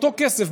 באותו כסף,